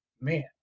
Man